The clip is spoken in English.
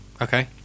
Okay